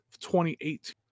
2018